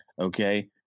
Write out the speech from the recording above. okay